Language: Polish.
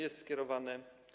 Jest skierowane.